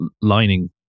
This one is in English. lining